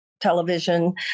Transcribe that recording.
television